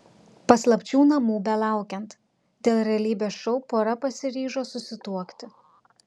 paslapčių namų belaukiant dėl realybės šou pora pasiryžo susituokti